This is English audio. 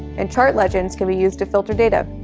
and chart legends can be used to filter data.